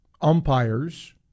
umpires